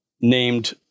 named